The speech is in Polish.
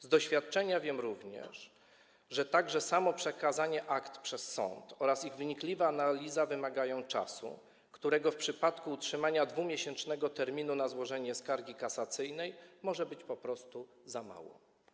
Z doświadczenia wiem również, że także samo przekazanie akt przez sąd oraz ich wnikliwa analiza wymagają czasu, którego w przypadku utrzymania 2-miesięcznego terminu na złożenie skargi kasacyjnej może być po prostu za mało.